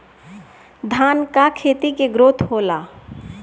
धान का खेती के ग्रोथ होला?